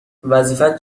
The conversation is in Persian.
وظیفت